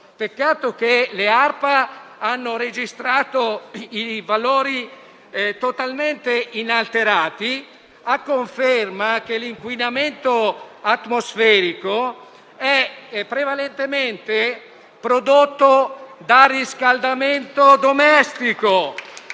ambientale (ARPA) abbiamo registrato valori totalmente inalterati, a conferma che l'inquinamento atmosferico è prevalentemente prodotto dal riscaldamento domestico,